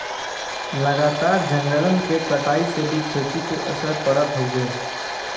लगातार जंगलन के कटाई से भी खेती पे असर पड़त हउवे